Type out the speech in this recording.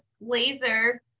laser